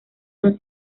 son